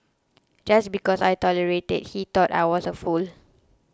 just because I tolerated he thought I was a fool